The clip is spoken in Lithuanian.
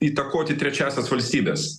įtakoti trečiąsias valstybes